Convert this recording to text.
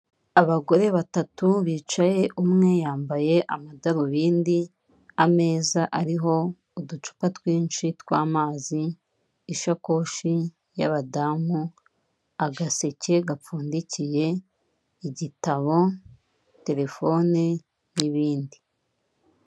Abagore batatu bicaye, umwe yambaye amadarubindi, ameza ariho uducupa twinshi tw'amazi, ishakoshi y'abadamu, agaseke gapfundikiye, igitabo, telefone n'ibindi.